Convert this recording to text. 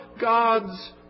God's